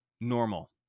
normal